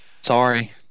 Sorry